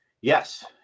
Yes